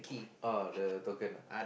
uh the token ah